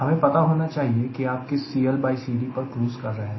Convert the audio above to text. हमें पता होना चाहिए कि आप किस CLCD पर क्रूज़ कर रहे हैं